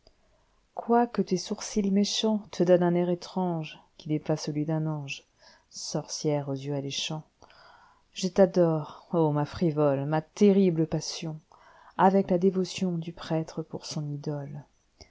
quoique tes sourcils méchantste donnent un air étrangequi n'est pas celui d'un ange sorcière aux yeux alléchants je fadore ô ma frivole ma terrible païsion avec la dévotiondu prêtre pour son idole